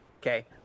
Okay